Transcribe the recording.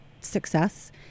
success